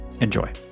Enjoy